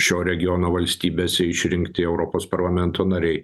šio regiono valstybėse išrinkti europos parlamento nariai